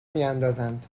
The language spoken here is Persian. میاندازند